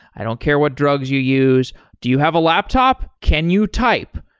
i don't care what drugs you use. do you have a laptop? can you type?